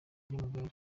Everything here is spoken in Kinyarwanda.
ry’amagare